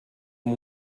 amb